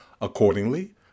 Accordingly